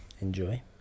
enjoy